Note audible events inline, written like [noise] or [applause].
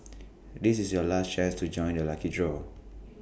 [noise] this is your last chance to join the lucky draw